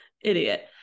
Idiot